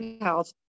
health